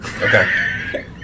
Okay